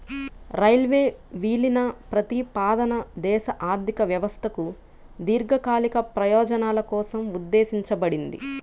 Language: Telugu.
రైల్వే విలీన ప్రతిపాదన దేశ ఆర్థిక వ్యవస్థకు దీర్ఘకాలిక ప్రయోజనాల కోసం ఉద్దేశించబడింది